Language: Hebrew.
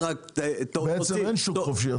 היא רק -- בעצם אין שוק חופשי.